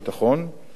וכידוע,